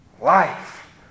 life